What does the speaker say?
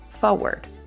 forward